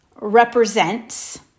represents